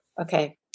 Okay